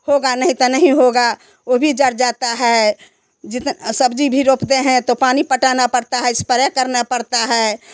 हो गया नहीं तो नहीं होगा वो भी जड़ जाता हैं जितना सब्जी भी रोकते हैं तो पानी पटना पड़ता है स्प्रे करना पड़ता है